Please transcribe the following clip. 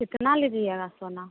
कितना लीजिएगा सोना